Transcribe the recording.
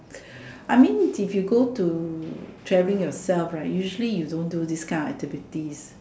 I mean if you go to traveling yourself right usually you don't do these kind of activities